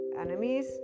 enemies